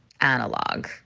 Analog